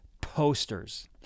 posters